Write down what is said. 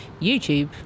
youtube